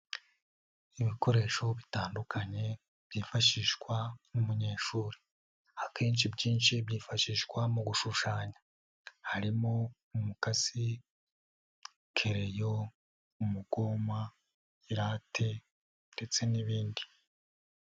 Ibikoresho bitandukanye byifashishwa nk'umunyeshuri, akenshi byinshi byifashishwa mu gushushanya, harimo umukasi, kereyo, umugoma, irate, ndetse n'ibindi.